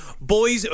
Boys